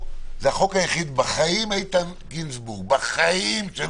שזה החוק היחיד בחיים של איתן גינזבורג בכנסת